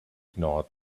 ignored